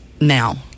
now